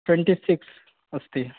twenty six अस्ति